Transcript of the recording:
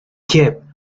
kiev